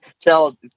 tell